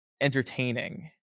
entertaining